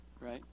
right